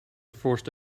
forced